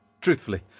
Truthfully